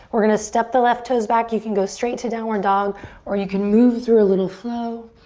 we're gonna step the left toes back. you can go straight to downward dog or you can move through a little flow.